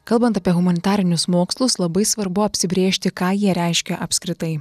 kalbant apie humanitarinius mokslus labai svarbu apsibrėžti ką jie reiškia apskritai